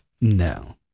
No